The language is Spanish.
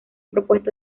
propuesto